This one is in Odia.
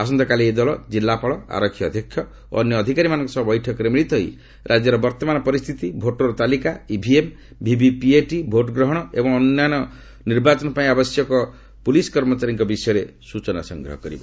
ଆସନ୍ତାକାଲି ଏହି ଦଳ କିଲ୍ଲାପାଳ ଆରକ୍ଷୀ ଅଧ୍ୟକ୍ଷ ଓ ଅନ୍ୟ ଅଧିକାରୀମାନଙ୍କ ସହ ବୈଠକରେ ମିଳିତ ହୋଇ ରାଜ୍ୟର ବର୍ତ୍ତମାନ ପରିସ୍ଥିତି ଭୋଟର ତାଲିକା ଇଭିଏମ୍ ଭିଭିପିଏଟି ଭୋଟ୍ଗ୍ରହଣ ଏବଂ ନିର୍ବାଚନ ପାଇଁ ଆବଶ୍ୟକ ପୁଲିସ କର୍ମଚାରୀଙ୍କ ବିଷୟରେ ସୂଚନା ସଂଗ୍ରହ କରିବ